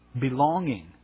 belonging